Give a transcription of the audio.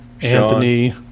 anthony